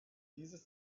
dieses